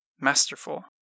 Masterful